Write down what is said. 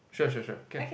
sure sure sure can